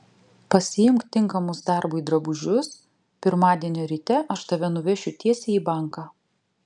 pasiimk tinkamus darbui drabužius pirmadienio ryte aš tave nuvešiu tiesiai į banką